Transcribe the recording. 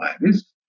virus